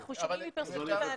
אבל אנחנו שומעים מפרספקטיבה,